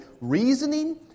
reasoning